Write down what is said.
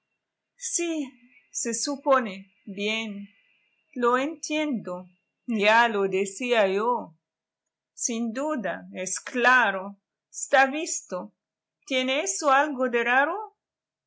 si se supone bien lo entiendo ya lo decía yo sin duda es claro está visto tiene eso algo de raro la